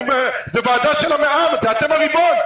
זו ועדה של --- זה אתם הריבון.